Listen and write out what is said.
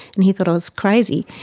and he thought i was crazy.